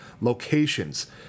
locations